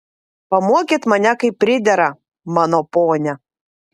pamokėt mane kaip pridera mano ponia